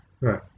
right